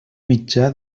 mitjà